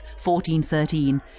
1413